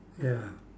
ya